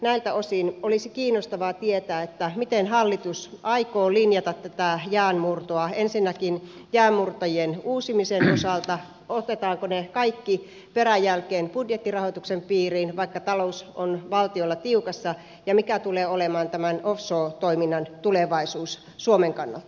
näiltä osin olisi kiinnostavaa tietää miten hallitus aikoo linjata tätä jäänmurtoa ensinnäkin jäänmurtajien uusimisen osalta otetaanko ne kaikki peräjälkeen budjettirahoituksen piiriin vaikka talous on valtiolla tiukassa ja mikä tulee olemaan tämän offshore toiminnan tulevaisuus suomen kannalta